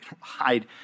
hide